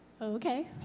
Okay